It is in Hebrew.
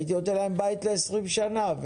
הייתי נותן להם בית לעשרים שנה.